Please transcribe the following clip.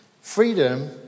Freedom